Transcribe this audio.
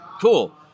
Cool